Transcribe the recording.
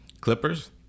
Clippers